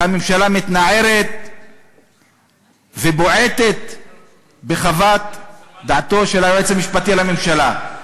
והממשלה מתנערת ובועטת בחוות דעתו של היועץ המשפטי לממשלה.